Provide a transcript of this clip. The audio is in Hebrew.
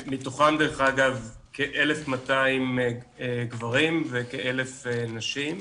מתוכם כ-1,200 גברים וכ-1,000 נשים.